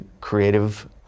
creative